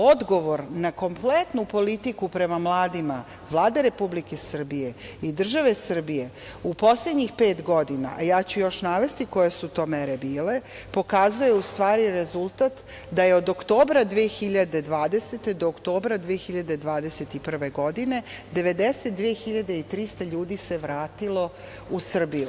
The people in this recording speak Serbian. Odgovor na kompletnu politiku prema mladima Vlade Republike Srbije i države Srbije u poslednjih pet godina, a ja ću još navesti koje su to mere bile pokazuje u stvari rezultat da je od oktobra 2020. do oktobra 2021. godine 92.300 ljudi se vratilo u Srbiju.